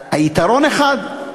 היתרון אחד: